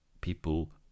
people